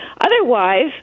Otherwise